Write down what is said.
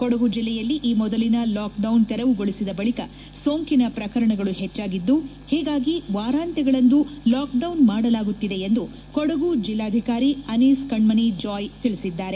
ಕೊಡಗು ಜಿಲ್ಲೆಯಲ್ಲಿ ಈ ಮೊದಲಿನ ಲಾಕ್ ಡೌನ್ ತೆರವುಗೊಳಿಸಿದ ಬಳಿಕ ಸೋಂಕಿನ ಪ್ರಕರಣಗಳು ಹೆಚ್ಚಾಗಿದ್ದು ಹೀಗಾಗಿ ವಾರಾಂತ್ಯಗಳಂದು ಲಾಕ್ ಡೌನ್ ಮಾಡಲಾಗುತ್ತಿದೆ ಎಂದು ಕೊಡಗು ಜೆಲ್ಲಾಧಿಕಾರಿ ಅನೀಸ್ ಕಣ್ಣಣಿ ಜಾಯ್ ತಿಳಿಸಿದ್ದಾರೆ